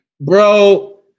Bro